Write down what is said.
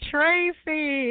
Tracy